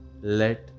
Let